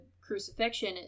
crucifixion